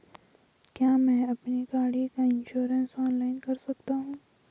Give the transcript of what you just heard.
क्या मैं अपनी गाड़ी का इन्श्योरेंस ऑनलाइन कर सकता हूँ?